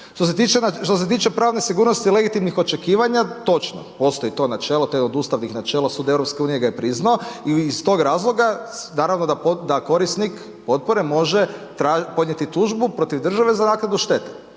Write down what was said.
Što se tiče pravne sigurnosti legitimnih očekivanja točno, postoji to načelo. To je jedno od ustavnih načela, sud Europske unije ga je priznao i iz tog razloga naravno da korisnik potpore može podnijeti tužbu protiv države za naknadu štete.